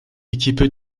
équipé